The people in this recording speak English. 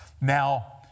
Now